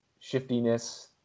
shiftiness